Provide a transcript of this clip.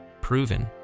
proven